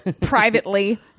privately